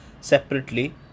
separately